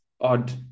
odd